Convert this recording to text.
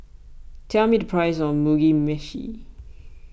tell me the price of Mugi Meshi